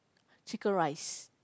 chicken rice